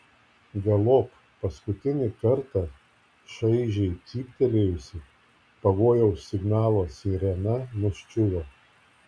galop paskutinį kartą šaižiai cyptelėjusi pavojaus signalo sirena nuščiuvo